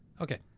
okay